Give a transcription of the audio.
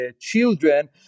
children